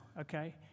okay